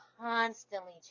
constantly